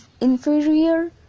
inferior